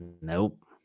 Nope